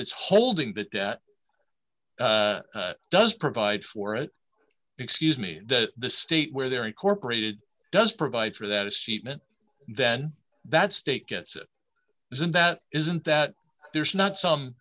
that's holding that debt does provide for it excuse me that the state where they are incorporated does provide for that a statement then that state gets it isn't that isn't that there's not some